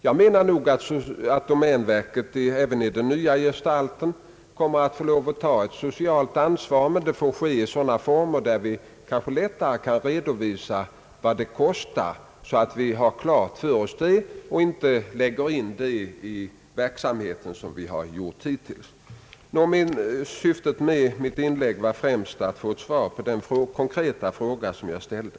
Jag menar att domänverket även i sin nya gestalt kommer att få ta ett socialt ansvar, men det får ske i sådana former att vi lättare kan redovisa vad det kostar och inte räknar in dessa kostnader i verksamheten som hittills. Syftet med mitt inlägg, herr talman, är främst att få ett svar på den konkreta fråga som jag ställde.